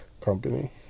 company